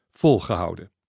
volgehouden